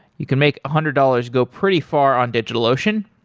you can make a hundred dollars go pretty far on digitalocean.